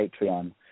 Patreon